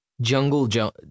jungle